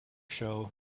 show